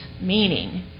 meaning